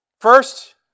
First